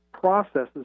processes